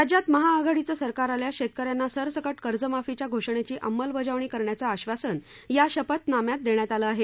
राज्यात महाआघाडीचं सरकार आल्यास शेतकऱ्यांना सरसकट कर्जमाफीच्या घोषणेची अंमलबजावणी करण्याचं आश्वासन या शपथनाम्यात देण्यात आलं आहे